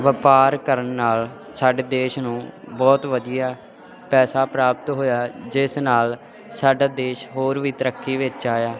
ਵਪਾਰ ਕਰਨ ਨਾਲ ਸਾਡੇ ਦੇਸ਼ ਨੂੰ ਬਹੁਤ ਵਧੀਆ ਪੈਸਾ ਪ੍ਰਾਪਤ ਹੋਇਆ ਜਿਸ ਨਾਲ ਸਾਡਾ ਦੇਸ਼ ਹੋਰ ਵੀ ਤਰੱਕੀ ਵਿੱਚ ਆਇਆ